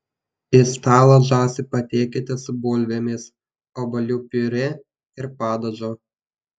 į stalą žąsį patiekite su bulvėmis obuolių piurė ir padažu